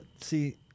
see